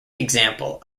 example